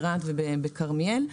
ברהט ובכרמיאל.